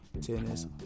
tennis